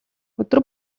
өдөр